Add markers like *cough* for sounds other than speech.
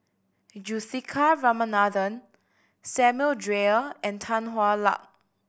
*noise* Juthika Ramanathan Samuel Dyer and Tan Hwa Luck